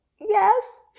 Yes